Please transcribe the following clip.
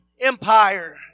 Empire